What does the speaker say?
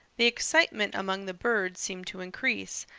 the excitement among the birds seemed to increase,